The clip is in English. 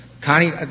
Connie